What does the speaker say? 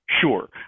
sure